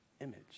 image